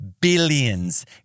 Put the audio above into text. billions